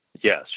Yes